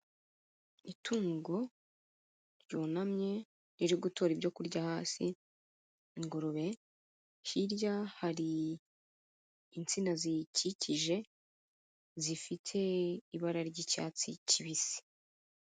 Itungo ryunamye riri gutora ibyo kurya hasi ingurube, hirya hari insina ziyikikije zifite ibara ry'icyatsi kibisi.